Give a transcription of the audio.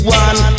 one